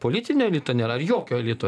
politinio elito nėra ar jokio elito